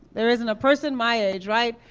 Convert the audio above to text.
there isn't a person my age, right,